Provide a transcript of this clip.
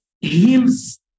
heals